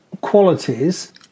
qualities